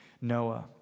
Noah